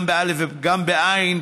גם באל"ף וגם בעי"ן,